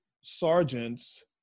sergeants